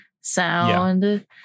sound